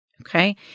okay